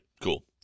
cool